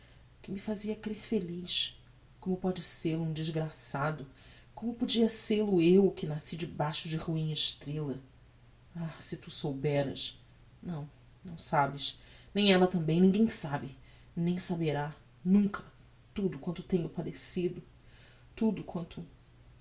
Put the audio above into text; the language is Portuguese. que me fazia crer feliz como pode sel-o um desgraçado como podia sel-o eu que nasci debaixo de ruim estrella oh se tu souberas não não sabes nem ella tambem ninguem sabe nem saberá nunca tudo quanto tenho padecido tudo quanto